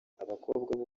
abakobwa